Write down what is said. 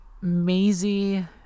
Maisie